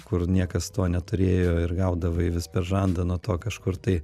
kur niekas to neturėjo ir gaudavai vis per žandą nuo to kažkur tai